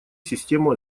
систему